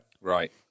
Right